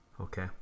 Okay